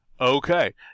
Okay